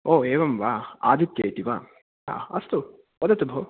ओ एवं वा आदित्य इति वा हा अस्तु वदतु भो